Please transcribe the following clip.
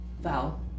Val